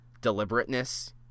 deliberateness